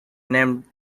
named